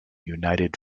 united